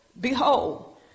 behold